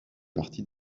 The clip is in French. partie